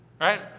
right